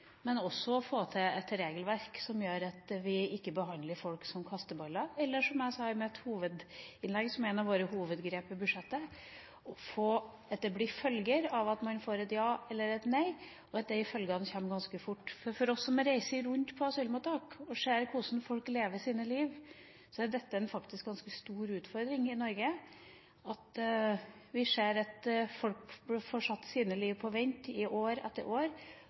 men i praktisk politikk er det ikke lett å se forskjellene lenger. Jeg tror at utfordringa i dag handler om å få et så stort fokus på dette at vi klarer både å beholde humaniteten og få til et regelverk som gjør at vi ikke behandler folk som kasteballer – eller som jeg i mitt hovedinnlegg sa var et av våre hovedgrep i budsjettet, at det blir følger av at man får et ja eller et nei, og at følgene kommer ganske fort. For oss som har reist rundt på asylmottak og sett hvordan folk lever sitt liv, er det faktisk en ganske